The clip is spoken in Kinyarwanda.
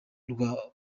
rwa